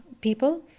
people